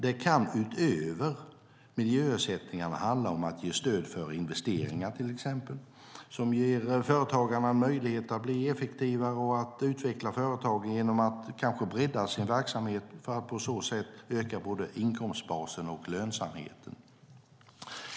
Det kan utöver miljöersättningarna handla om att ge stöd för investeringar, till exempel, som ger företagarna möjligheter att bli effektivare och att utveckla företagen genom att kanske bredda sin verksamhet för att på så sätt öka både inkomstbasen och lönsamheten.